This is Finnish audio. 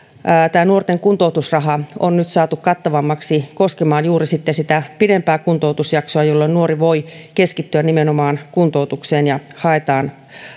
nuorten kuntoutusraha on nyt saatu kattavammaksi koskemaan juuri sitten sitä pidempää kuntoutusjaksoa jolloin nuori voi keskittyä nimenomaan kuntoutukseen ja haetaan